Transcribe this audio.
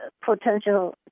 potential